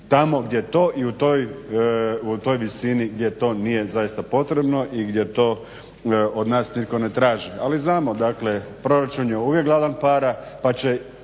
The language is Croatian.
tamo gdje to i u toj visini gdje to nije zaista potrebno i gdje to od nas nitko ne traži. Ali znamo dakle, proračun je uvijek gladan para pa će